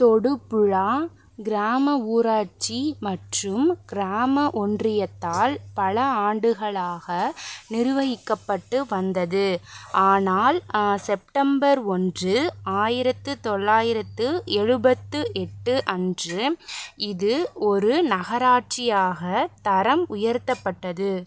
தொடுபுழா கிராம ஊராட்சி மற்றும் கிராம ஒன்றியத்தால் பல ஆண்டுகளாக நிர்வகிக்கப்பட்டு வந்தது ஆனால் செப்டம்பர் ஒன்று ஆயிரத்து தொள்ளாயிரத்து எழுபத்து எட்டு அன்று இது ஒரு நகராட்சியாக தரம் உயர்த்தப்பட்டது